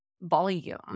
volume